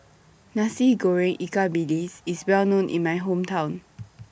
Nasi Goreng Ikan Bilis IS Well known in My Hometown